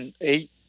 eight